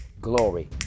glory